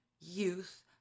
youth